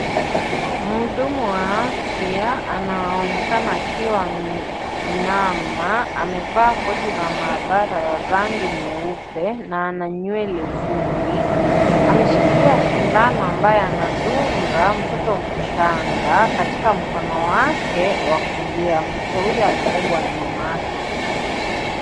Mhudumu wa afya anaonekana akiwa ameinama, amevaa koti la maabara la rangi nyeupe na ana nywele fupi. Ameshikilia sindano ambayo anadunga mtoto mchanga katika mkono wake wa kulia. Mtoto huyo amebebwa na mamake.